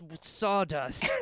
sawdust